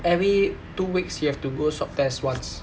every two weeks he have to go swab test once